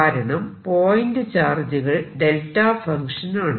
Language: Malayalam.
കാരണം പോയിന്റ് ചാർജുകൾ ഡെൽറ്റ ഫങ്ക്ഷൻ ആണ്